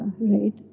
right